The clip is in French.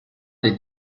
des